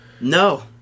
no